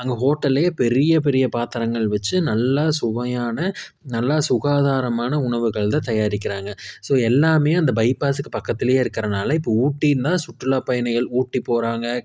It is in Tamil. அங்கே ஹோட்டல்லியே பெரிய பெரிய பாத்திரங்கள் வச்சு நல்ல சுவையான நல்ல சுகாதாரமான உணவுகள்தான் தயாரிக்கிறாங்க ஸோ எல்லாமே அந்த பைபாஸுக்கு பக்கத்தில் இருக்கிறனால இப்போ ஊட்டின்னா சுற்றுலா பயணிகள் ஊட்டி போகிறாங்க